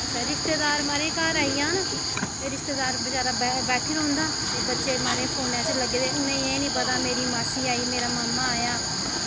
अच्छा रिश्तेदार म्हाराज घर आई जाङन ते रिश्तेदार बेचारा बैठी रौहंदा ते बच्चे म्हाराज फोनै भ लग्गे दे उनें ई एह् निं पता मेरी मासी आई मेरा मामा आया